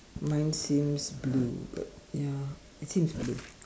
mine seems blue but ya it seems blue